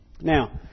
Now